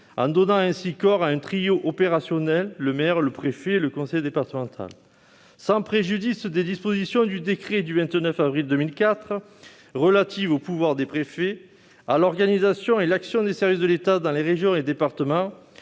en donnant corps à un trio opérationnel : le maire, le préfet et le conseiller départemental. Sans préjudice des dispositions du décret du 29 avril 2004 relatif aux pouvoirs des préfets, à l'organisation et à l'action des services de l'État dans les régions et départements,